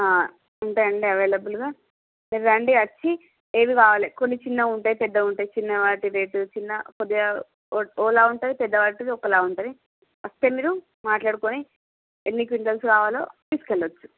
ఉంటాయండి అవైలబుల్ గా రండి వచ్చి ఏవికావాల కొన్ని చిన్నగా ఉంటే పెద్దగా ఉంటాయి చిన్నవాటి రేట్ చిన్న కొద్దిగా ఒకలా ఉంటాయి పెద్దవాటి ఒకలా ఉంటాయి వస్తే మీరు మాట్లాడుకొని ఎన్ని క్వింటాలు కావాలో తీసుకెళ్ళచ్చు